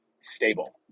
stable